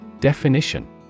Definition